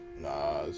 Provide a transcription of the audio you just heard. nah